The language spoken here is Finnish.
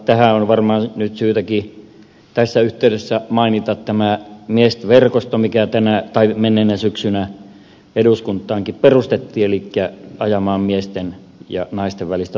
tähän on nyt varmaan syytä tässä yhteydessä mainita tämä miesverkosto mikä menneenä syksynä eduskuntaankin perustettiin ajamaan miesten ja naisten välistä tasa arvoa